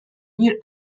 near